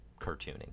cartooning